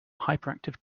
hyperactive